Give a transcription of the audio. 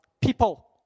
People